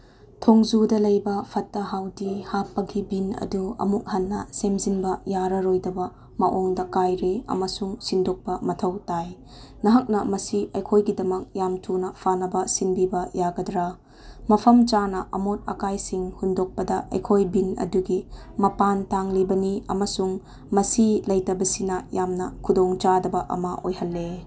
ꯊꯣꯡꯖꯨꯗ ꯂꯩꯕ ꯐꯠꯇ ꯍꯥꯎꯗꯤ ꯍꯥꯞꯄꯒꯤ ꯕꯤꯟ ꯑꯗꯨ ꯑꯃꯨꯛ ꯍꯟꯅ ꯁꯦꯝꯖꯤꯟꯕ ꯌꯥꯔꯔꯣꯏꯗꯕ ꯃꯑꯣꯡꯗ ꯀꯥꯏꯔꯦ ꯑꯃꯁꯨꯡ ꯁꯤꯟꯗꯣꯛꯄ ꯃꯊꯧ ꯇꯥꯏ ꯅꯍꯥꯛꯅ ꯃꯁꯤ ꯑꯩꯈꯣꯏꯒꯤꯗꯃꯛ ꯌꯥꯝ ꯊꯨꯅ ꯐꯅꯕ ꯁꯤꯟꯕꯤꯕ ꯌꯥꯒꯗ꯭ꯔꯥ ꯃꯐꯝ ꯆꯥꯅ ꯑꯃꯣꯠ ꯑꯀꯥꯏꯁꯤꯡ ꯍꯨꯟꯗꯣꯛꯄꯗ ꯑꯩꯈꯣꯏ ꯕꯤꯟ ꯑꯗꯨꯒꯤ ꯃꯄꯥꯟ ꯇꯥꯡꯂꯤꯕꯅꯤ ꯑꯃꯁꯨꯡ ꯃꯁꯤ ꯂꯩꯇꯕꯁꯤꯅ ꯌꯥꯝꯅ ꯈꯨꯗꯣꯡꯆꯥꯗꯕ ꯑꯃ ꯑꯣꯏꯍꯜꯂꯦ